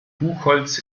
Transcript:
buchholz